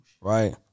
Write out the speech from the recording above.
Right